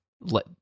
let